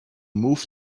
move